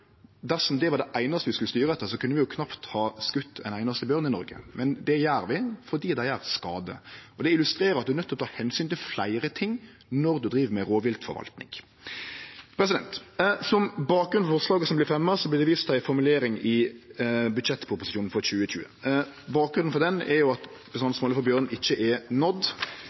Dersom det var det einaste vi skulle styre etter, kunne vi knapt ha skote ein einaste bjørn i Noreg. Men det gjer vi, fordi dei gjer skade. Og det illustrerer at ein er nøydd til å ta omsyn til fleire ting når ein driv med rovviltforvalting. Som bakgrunn for forslaget som vert fremja, vert det vist til ei formulering i budsjettproposisjonen for 2020. Bakgrunnen for ho er at bestandsmålet for bjørn ikkje er nådd.